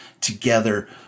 together